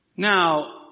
Now